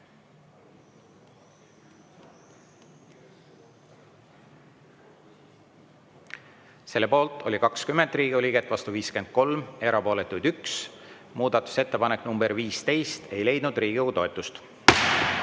Selle poolt oli 26 Riigikogu liiget, vastu 52, erapooletuid 1. Muudatusettepanek nr 21 ei leidnud Riigikogu toetust.